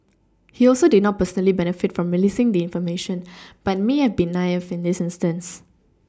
he also did not personally benefit from releasing the information but may have been naive in this instance